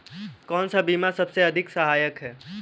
कौन सा बीमा सबसे अधिक सहायक है?